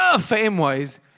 fame-wise